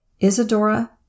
Isadora